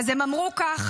איזו ועדה?